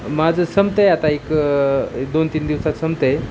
माझं संपत आहे आता एक दोन तीन दिवसात संपत आहे